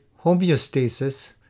Homeostasis